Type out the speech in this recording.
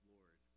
Lord